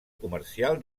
comercial